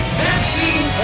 vaccine